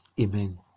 Amen